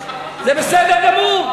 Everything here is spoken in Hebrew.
זה בסדר גמור.